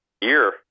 year